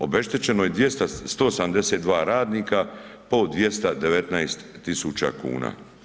Obeštećeno je 200, 172 radnika, po 219 tisuća kuna.